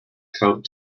coat